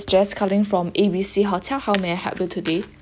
just calling from A B C hotel how may I help you today